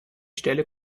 stelle